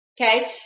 okay